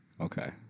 Okay